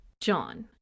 John